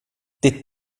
ditt